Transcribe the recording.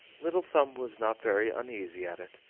little thumb was not very uneasy at it,